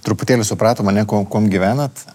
truputėlį supratom ane ko kuom gyvenat